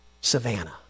Savannah